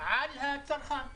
על הצרכן.